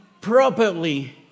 properly